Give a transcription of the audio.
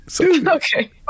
Okay